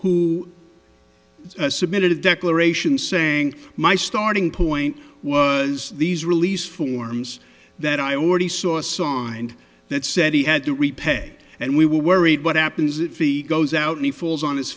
who submitted a declaration saying my starting point was these release forms that i already saw a signed that said he had to repay and we were worried what happens if he goes out and falls on his